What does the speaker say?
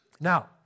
Now